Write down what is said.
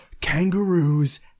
Kangaroos